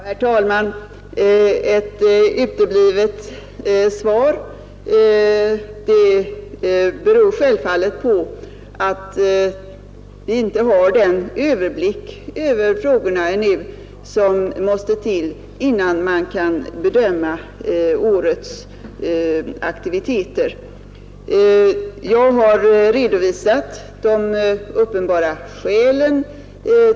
Herr talman! Ett uteblivet svar beror självfallet på att vi inte ännu har den överblick över frågorna som måste finnas innan vi kan bedöma den totala omfattningen av det innevarande årets aktiviteter.